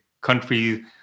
country